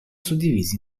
suddivisi